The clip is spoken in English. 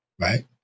Right